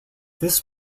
this